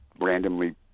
randomly